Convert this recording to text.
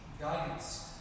guidance